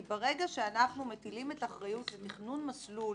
כי ברגע שאנחנו מטילים את האחריות לתכנון מסלול